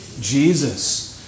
Jesus